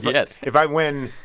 but yes if i win,